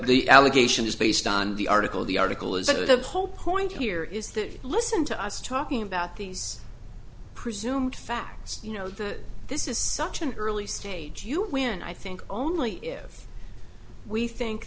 the allegation is based on the article the article is that of the poll point here is that listen to us talking about these presumed facts you know that this is such an early stage you when i think only if we think